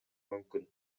мүмкүн